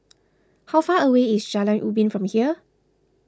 how far away is Jalan Ubin from here